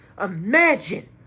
Imagine